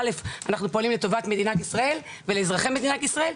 א' אנחנו פועלים לטובת מדינת ישראל ואזרחי מדינת ישראל,